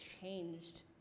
changed